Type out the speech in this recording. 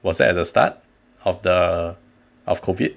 was that at the start of the of COVID